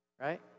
right